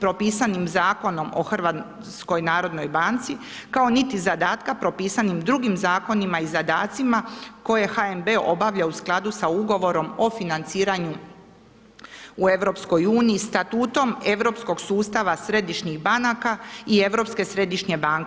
propisanim Zakonom o HNB-u kao niti zadatkom propisanim drugim zakonima i zadacima koje HNB obavlja u skladu sa ugovorom o financiranju u EU-u statutom europskog sustava središnjih banaka i Europske središnje banke.